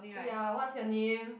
ya what's your name